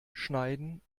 schneiden